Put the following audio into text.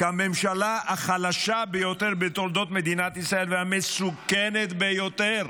כממשלה החלשה ביותר בתולדות מדינת ישראל והמסוכנת ביותר,